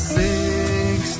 six